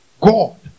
God